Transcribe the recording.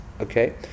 Okay